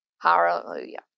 Hallelujah